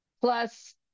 plus